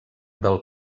del